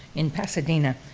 in pasadena,